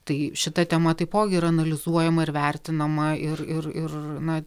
tai šita tema taipogi yra analizuojama ir vertinama ir ir ir na